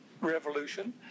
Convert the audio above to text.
revolution